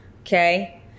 okay